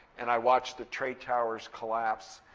and i watched the trade towers collapse.